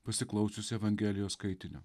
pasiklausius evangelijos skaitinio